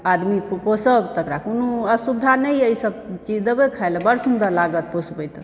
आदमी पोसब तकरा कोनो असुविधा नइँ ए ई सब चीज देबै खाइ ले बड़ सुन्दर लागत पोसबै तऽ